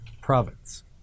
province